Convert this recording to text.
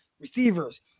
receivers